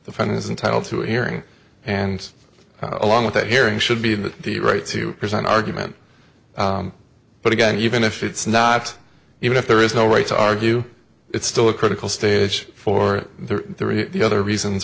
is entitle to a hearing and along with that hearing should be in the right to present argument but again even if it's not even if there is no right to argue it's still a critical stage for the other reasons